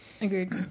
Agreed